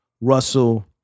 Russell